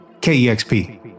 KEXP